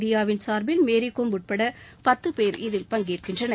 இந்தியாவின் சார்பில் மேரிகோம் உட்பட பத்து பேர் இதில் பங்கேற்கின்றனர்